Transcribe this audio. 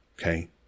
Okay